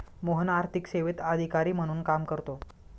मोहन आर्थिक सेवेत अधिकारी म्हणून काम करतो